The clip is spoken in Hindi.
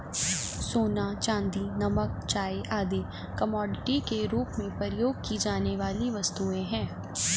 सोना, चांदी, नमक, चाय आदि कमोडिटी के रूप में प्रयोग की जाने वाली वस्तुएँ हैं